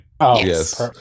Yes